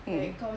mm